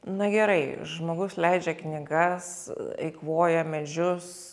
na gerai žmogus leidžia knygas eikvoja medžius